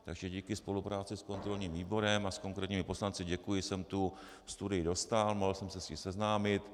Takže díky spolupráci s kontrolním výborem a s konkrétními poslanci děkuji jsem tu studii dostal, mohl jsem se s ní seznámit.